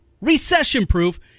recession-proof